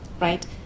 right